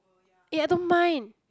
eh I don't mind